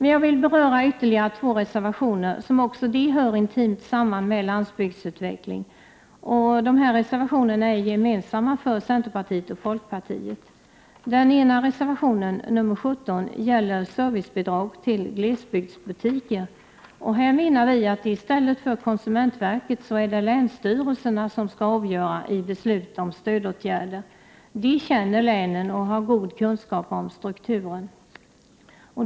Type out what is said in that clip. Jag vill beröra ytterligare två reservationer som också de hör intimt samman med landsbygdsutveckling. De här reservationerna är gemensamma för centerpartiet och folkpartiet. Den ena reservationen — nr 17 — gäller servicebidrag till glesbygdsbutiker. Här menar vi att i stället för konsumentverket är det länsstyrelserna som skall avgöra vid beslut om stödåtgärder. De känner länen och har god kunskap om strukturen.